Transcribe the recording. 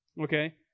okay